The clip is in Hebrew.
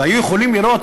היו יכולים לראות,